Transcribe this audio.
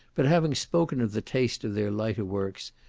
but having spoken of the taste of their lighter works,